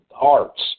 arts